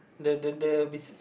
the the the be